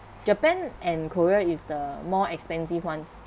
japan and korea is the more expensive ones